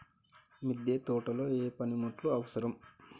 మిద్దె తోటలో ఏ పనిముట్లు అవసరం?